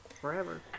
Forever